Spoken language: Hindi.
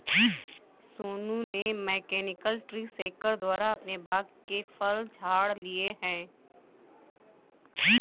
सोनू ने मैकेनिकल ट्री शेकर द्वारा अपने बाग के फल झाड़ लिए है